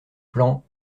plan